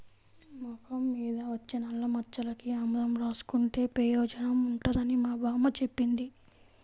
మొఖం మీద వచ్చే నల్లమచ్చలకి ఆముదం రాసుకుంటే పెయోజనం ఉంటదని మా బామ్మ జెప్పింది